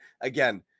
again